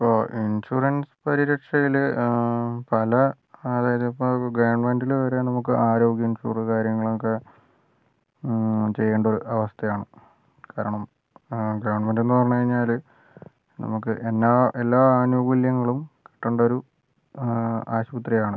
ഇപ്പോൾ ഇൻഷുറൻസ് പരിരക്ഷയില് പല അതായത് ഇപ്പോൾ ഗവൺമെന്റില് വരെ നമുക്ക് ആരോഗ്യ ഇൻഷൂറ് കാര്യങ്ങളൊക്കെ ചെയ്യേണ്ട ഒരു അവസ്ഥയാണ് കാരണം ഗവൺമെൻറ് എന്ന് പറഞ്ഞു കഴിഞ്ഞാല് നമുക്ക് എന്നാൽ എല്ലാ ആനുകൂല്യങ്ങളും കിട്ടേണ്ട ഒരു ആശുപത്രിയാണ്